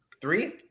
Three